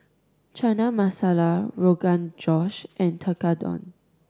Chana Masala Rogan Josh and Tekkadon